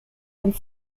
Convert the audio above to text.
and